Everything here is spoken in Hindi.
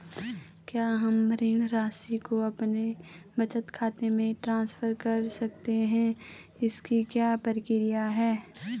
क्या हम ऋण राशि को अपने बचत खाते में ट्रांसफर कर सकते हैं इसकी क्या प्रक्रिया है?